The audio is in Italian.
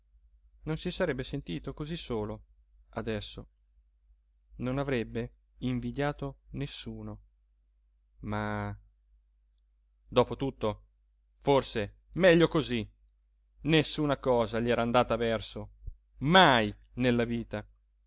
non si sarebbe sentito cosí solo adesso non avrebbe invidiato nessuno ma dopo tutto forse meglio cosí nessuna cosa gli era andata a verso mai nella vita